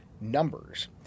numbers